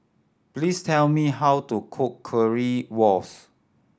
please tell me how to cook Currywurst